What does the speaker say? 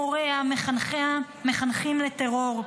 מוריה, מחנכיה, מחנכים לטרור,